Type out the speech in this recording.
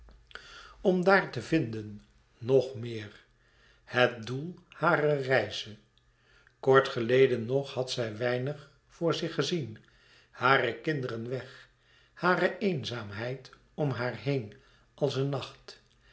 om daar te vinden nog meer het doel harer reize kort louis couperus extaze een boek van geluk geleden nog had zij weinig voor zich gezien hare kinderen weg hare eenzaamheid om zich heen als een nacht